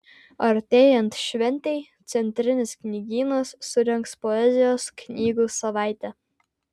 artėjant šventei centrinis knygynas surengs poezijos knygų savaitę